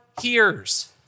hears